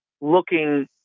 looking